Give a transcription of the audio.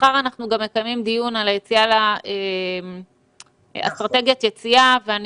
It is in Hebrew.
מחר אנחנו גם מקיימים דיון על אסטרטגיית היציאה ואני